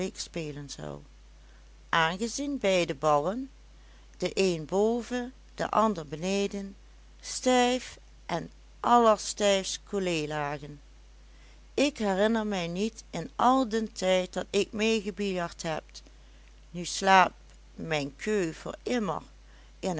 aangezien beide ballen de een boven de ander beneden stijf en allerstijfst collé lagen ik herinner mij niet in al den tijd dat ik mee gebiljart heb nu slaapt mijn keu voor immer in